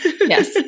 Yes